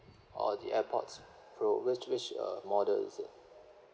or the airpods pro which which uh model is it